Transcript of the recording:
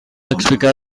explicar